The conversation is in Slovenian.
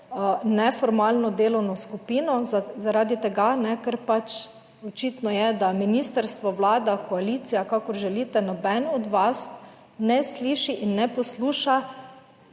neformalno delovno skupino zaradi tega, ker pač očitno je, da ministrstvo, vlada, koalicija, kakor želite, noben od vas ne sliši in ne posluša